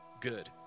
good